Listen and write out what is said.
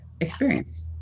experience